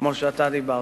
כמו שאתה דיברת.